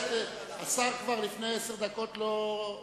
השר כבר לפני עשר דקות לא,